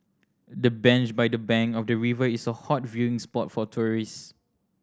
the bench by the bank of the river is a hot viewing spot for tourists